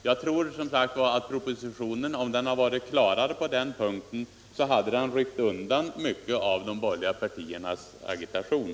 Jag tror som sagt att propositionen, om den hade varit klarare på den punkten, hade ryckt undan mycket av de borgerliga partiernas agitation.